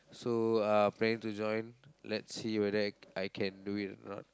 so uh I'm planning to join let's see whether I I can do it or not